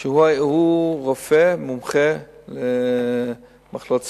שהוא רופא מומחה למחלות סרטן.